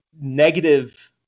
negative